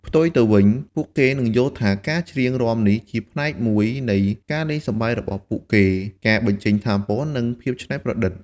ផ្ទុយទៅវិញ ពួកគេយល់ថាការច្រៀងរាំនេះជាផ្នែកមួយនៃការលេងសប្បាយរបស់ពួកគេ ការបញ្ចេញថាមពល និងភាពច្នៃប្រឌិត។